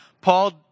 Paul